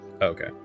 okay